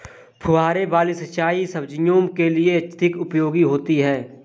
फुहारे वाली सिंचाई सब्जियों के लिए अधिक उपयोगी होती है?